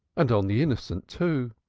and on the innocent, too.